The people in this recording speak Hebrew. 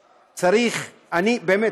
באמת,